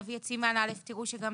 כשנביא את סימן א' תראו שגם